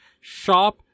shop